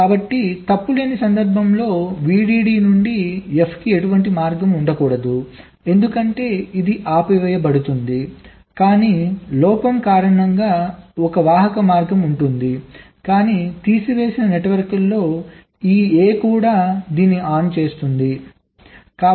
కాబట్టి తప్పు లేని సందర్భంలో VDD నుండి F కి ఎటువంటి మార్గం ఉండకూడదు ఎందుకంటే ఇది ఆపివేయబడుతుంది కానీ లోపం కారణంగా ఒక వాహక మార్గం ఉంటుంది కానీ తీసివేసిన నెట్వర్క్లలో ఈ A కూడా దీన్ని ఆన్ చేస్తుంది ట్రాన్సిస్టర్